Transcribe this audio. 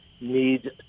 need